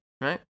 right